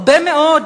הרבה מאוד,